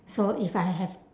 so if I have